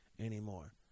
anymore